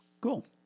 Cool